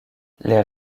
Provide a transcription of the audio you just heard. les